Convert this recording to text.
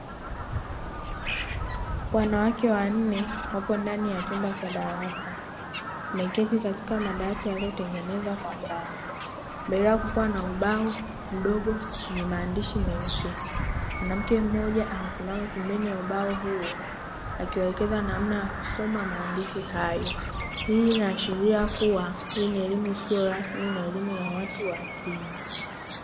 Wanawake wanne wapo ndani ya chumba cha darasa wameketi katika madawati yaliyotengenezwa kwa mbao mbele yao kukiwa na ubao mdogo wenye maandishi meupe. Mwanamke mmoja amesimama pembeni ya ubao huo akiwaelekeza namna ya kusoma maandishi hayo. Hii inaashiria kuwa hii ni elimu isiyo rasmi na elimu ya watu wazima.